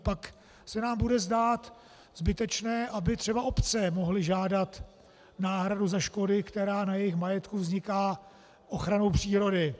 Pak se nám bude zdát zbytečné, aby třeba obce mohly žádat náhradu za škody, která na jejich majetku vzniká ochranou přírody.